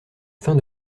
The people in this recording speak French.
fin